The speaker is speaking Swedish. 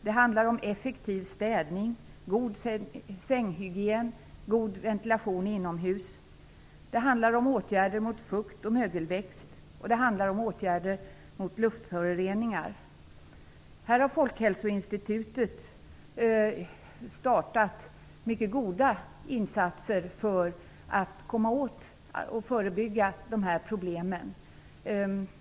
Det handlar om effektiv städning, god sänghygien och god ventilation inomhus. Det handlar om åtgärder mot fukt och mögelväxt. Det handlar om åtgärder mot luftföroreningar. Här har Folkhälsoinstitutet startat mycket goda insatser för att komma åt och förebygga dessa problem.